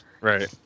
right